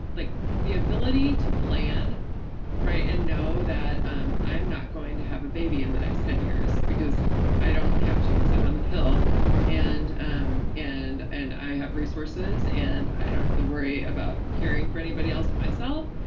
like the ability to plan and know that um i'm not going to have a baby in the next ten years because i don't have to because i'm on the pill and um and and i have resources and i don't have to worry about caring for anybody else but myself.